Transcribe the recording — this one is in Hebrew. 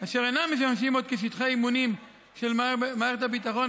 אשר אינם משמשים עוד שטחי אימונים של מערכת הביטחון,